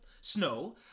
snow